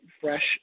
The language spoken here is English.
fresh